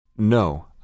No